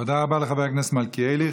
תודה רבה לחבר הכנסת מלכיאלי.